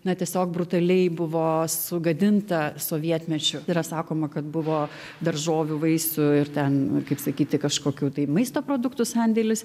na tiesiog brutaliai buvo sugadinta sovietmečiu yra sakoma kad buvo daržovių vaisių ir ten kaip sakyti kažkokių tai maisto produktų sandėlis